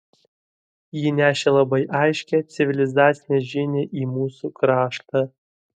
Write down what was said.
ji nešė labai aiškią civilizacinę žinią į mūsų kraštą